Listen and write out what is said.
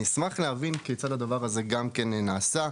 אני אשמח להבין כיצד הדבר הזה גם כן נעשה.